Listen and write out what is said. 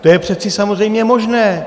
To je přeci samozřejmě možné!